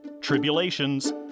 tribulations